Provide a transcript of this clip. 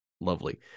lovely